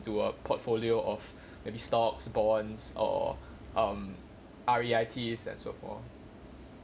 to a portfolio of maybe stocks bonds or um R_E_I_T and so forth